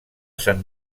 sant